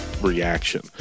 reaction